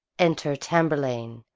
enter tamburlaine,